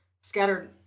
scattered